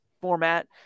format